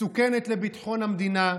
מסוכנת לביטחון המדינה,